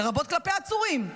לרבות כלפי עצורים,